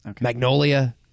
Magnolia